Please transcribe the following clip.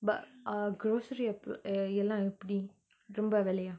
but uh grocery அப்ப:apa err எல்லா எப்டி ரொம்ப வெலயா:ella epdi romba velaya